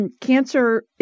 cancer